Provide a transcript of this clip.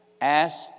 ask